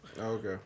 okay